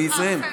אני אסיים.